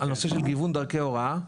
גיוון דרכי ההוראה,